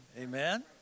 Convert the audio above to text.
Amen